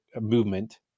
movement